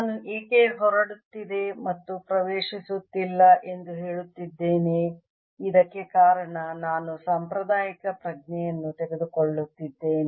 ನಾನು ಯಾಕೆ ಹೊರಡುತ್ತಿದೆ ಮತ್ತು ಪ್ರವೇಶಿಸುತ್ತಿಲ್ಲ ಎಂದು ಹೇಳುತ್ತಿದ್ದೇನೆ ಇದಕ್ಕೆ ಕಾರಣ ನಾನು ಸಾಂಪ್ರದಾಯಿಕ ಪ್ರಜ್ಞೆಯನ್ನು ತೆಗೆದುಕೊಳ್ಳುತ್ತಿದ್ದೇನೆ